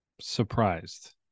surprised